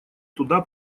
туда